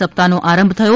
સપ્તાહનો આરંભ થયો